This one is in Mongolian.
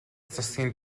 засгийн